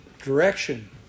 direction